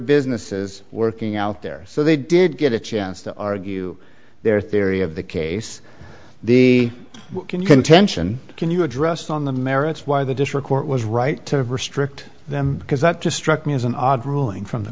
businesses working out there so they did get a chance to argue their theory of the case the contention can you address on the merits why the district court was right to restrict them because that just struck me as an odd ruling from the